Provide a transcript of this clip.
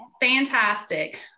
fantastic